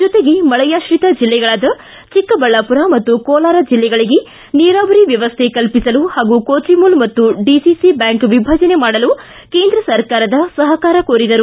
ಜೊತೆಗೆ ಮಳೆಯಾತ್ರಿತ ಜಿಲ್ಲೆಗಳಾದ ಚಿಕ್ಕಬಳ್ಳಾಪುರ ಮತ್ತು ಕೋಲಾರ ಜಿಲ್ಲೆಗಳಿಗೆ ನೀರಾವರಿ ವ್ವವಶ್ಠೆ ಕಲ್ಪಿಸಲು ಹಾಗೂ ಕೋಚಿಮುಲ್ ಮತ್ತು ಡಿಸಿಸಿ ಬ್ಯಾಂಕ್ ವಿಭಜನೆ ಮಾಡಲು ಕೇಂದ್ರ ಸರ್ಕಾರದ ಸಹಕಾರ ಕೋರಿದರು